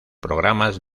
programas